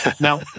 Now